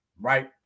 right